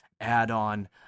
add-on